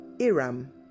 Iram